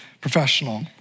professional